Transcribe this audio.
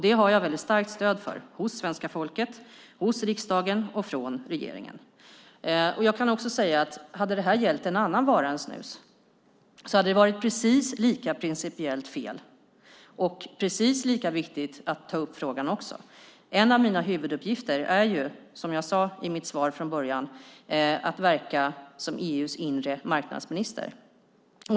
Det har jag väldigt starkt stöd för hos svenska folket, hos riksdagen och från regeringen. Jag kan också säga att hade det här gällt en annan vara än snus hade det varit precis lika principiellt fel och precis lika viktigt att ta upp frågan. En av mina huvuduppgifter är ju, som jag sade i mitt svar från början, att verka som EU:s inre marknadsminister.